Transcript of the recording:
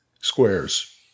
squares